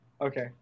Okay